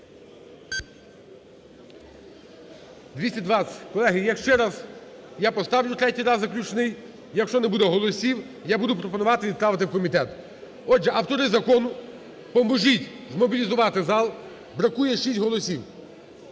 За-220 Колеги, я ще раз… я поставлю третій раз, заключний, якщо не буде голосів, я буду пропонувати відправити у комітет. Отже, автори закону, поможіть змобілізувати зал, бракує шість голосів.